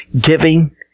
giving